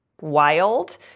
wild